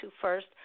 first